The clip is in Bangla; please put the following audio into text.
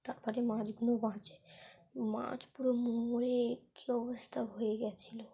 তার পরে মাছগুলো বাঁচে মাছ পুরো মরে কী অবস্থা হয়ে গিয়েছিল